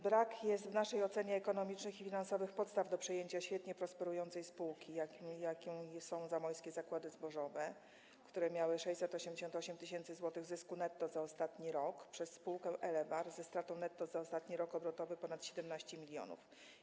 Brakuje w naszej ocenie ekonomicznych i finansowych podstaw do przejęcia świetnie prosperującej spółki, jaką są Zamojskie Zakłady Zbożowe, które miały 688 tys. zł zysku netto za ostatni rok, przez spółkę Elewarr, ze stratą netto za ostatni rok obrotowy wynoszącą ponad 17 mln.